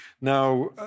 Now